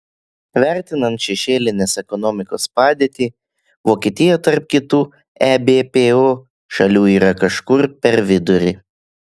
vertinant šešėlinės ekonomikos padėtį vokietija tarp kitų ebpo šalių yra kažkur per vidurį